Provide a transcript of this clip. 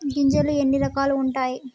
గింజలు ఎన్ని రకాలు ఉంటాయి?